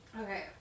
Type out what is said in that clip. Okay